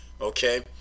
Okay